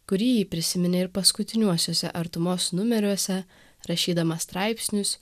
kurį ji prisiminė ir paskutiniuosiuose artumos numeriuose rašydama straipsnius